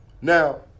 Now